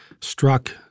struck